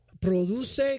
produce